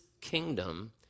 kingdom